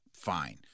Fine